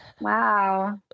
Wow